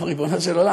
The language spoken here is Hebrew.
ריבונו של עולם,